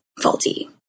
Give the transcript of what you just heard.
faulty